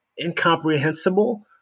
incomprehensible